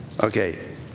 Okay